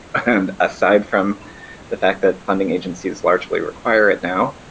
and aside from the fact that funding agencies largely require it now,